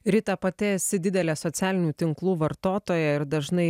rita pati esi didelė socialinių tinklų vartotoja ir dažnai